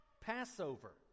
Passover